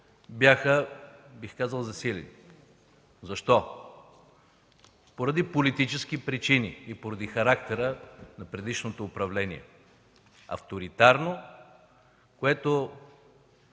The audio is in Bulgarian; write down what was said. бяха, бих казал, засилени. Защо? Поради политически причини и поради характера на предишното управление – авторитарно, което